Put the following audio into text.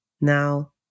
Now